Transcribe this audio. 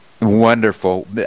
Wonderful